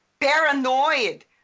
paranoid